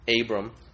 Abram